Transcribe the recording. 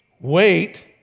wait